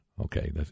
okay